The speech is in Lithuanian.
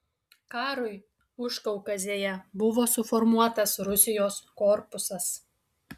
karui užkaukazėje buvo suformuotas rusijos korpusas